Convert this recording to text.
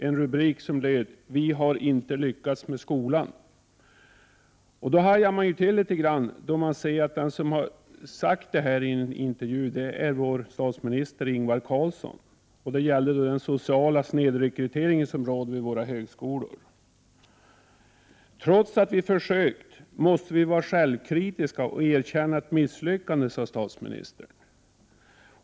Herr talman! Förra veckan läste jag i en av den s.k. rörelsens tidningar — det var Konsums tidning Vi — en rubrik som löd: ”Vi har inte lyckats med skolan.” När man läser vem som sagt detta, hajar man till litet grand. Det var nämligen vår statsminister, Ingvar Carlsson, och det handlade om den sociala snedrekryteringen till våra högskolor. Trots att vi försökt, måste vi vara självkritiska och erkänna ett misslyckande, sade statsministern.